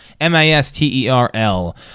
M-I-S-T-E-R-L